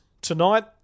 tonight